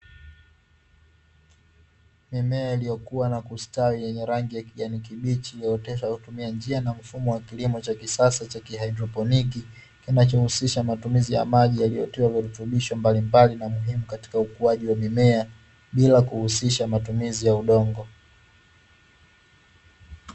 Mimea iliyokuwa na kustawi yenye rangi ya kijani kibichi, iliyooteshwa kwa kutumia njia na mfumo wa kilimo cha kisasa cha kihaidroponi, kinachohusisha matumizi ya maji yaliyotiwa virutubisho mbalimbali na muhimu katika ukuaji wa mimea, bila kuhusisha matumizi ya udongo.